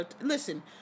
listen